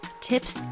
tips